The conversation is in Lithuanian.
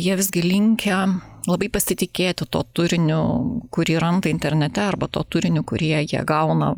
jie visgi linkę labai pasitikėti tuo turiniu kurį randa internete arba tuo turiniu kurie jie gauna